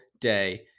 day